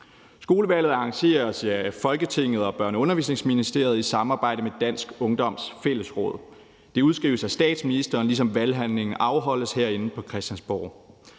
Skolevalget arrangeres af Folketinget og Børne- og Undervisningsministeriet i et samarbejde med Dansk Ungdoms Fællesråd. Det udskrives af statsministeren, ligesom valghandlingen afholdes herinde på Christiansborg,